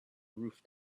roof